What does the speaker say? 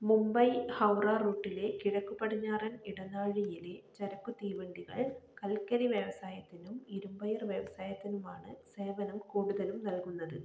മുംബൈ ഹൗറാ റൂട്ടിലെ കിഴക്കു പടിഞ്ഞാറൻ ഇടനാഴിയിലെ ചരക്കു തീവണ്ടികൾ കൽക്കരി വ്യവസായത്തിനും ഇരുമ്പയിർ വ്യവസായത്തിനുമാണ് സേവനം കൂടുതലും നൽകുന്നത്